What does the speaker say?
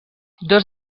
dos